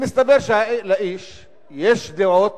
ומסתבר שלאיש יש דעות,